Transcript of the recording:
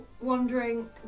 wondering